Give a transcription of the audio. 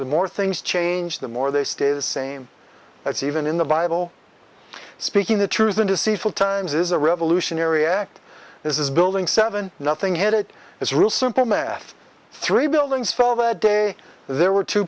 the more things change the more they stay the same that's even in the bible speaking the truth in deceitful times is a revolutionary act this is building seven nothing had it is real simple math three buildings fell that day there were two